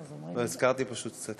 הזכרת לי פשוט את